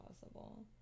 possible